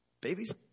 babies